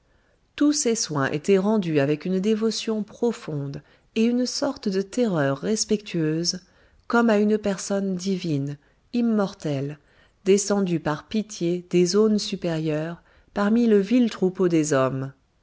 tous ces soins étaient rendus avec une dévotion profonde et une sorte de terreur respectueuse comme à une personne divine immortelle descendue par pitié des zones supérieures parmi le vil troupeau des hommes